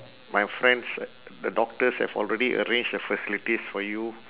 my friends the doctors have already arrange the facilities for you